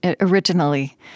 originally